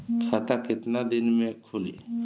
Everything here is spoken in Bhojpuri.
खाता कितना दिन में खुलि?